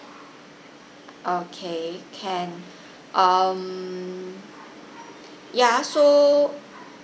okay can um ya so